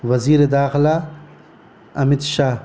وزیر داخلہ امت شاہ